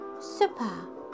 super